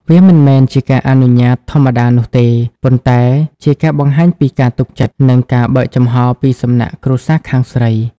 វាមិនមែនជាការអនុញ្ញាតធម្មតានោះទេ ប៉ុន្តែជាការបង្ហាញពីការទុកចិត្ត និងការបើកចំហរពីសំណាក់គ្រួសារខាងស្រី។